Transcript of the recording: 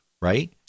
right